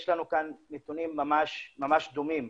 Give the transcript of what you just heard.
יש לנו כאן נתונים ממש דומים,